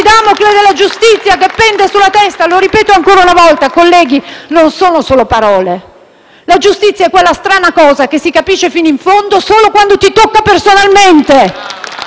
FI-BP e della senatrice Bonino)*. Lo ripeto ancora una volta, colleghi, non sono solo parole. La giustizia è quella strana cosa che si capisce fino in fondo solo quando ti tocca personalmente.